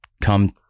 come